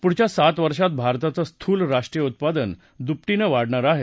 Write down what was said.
पुढच्या सात वर्षात भारताचं स्थूल राष्ट्रीय उत्पादन दुपटीनं वाढणार आहे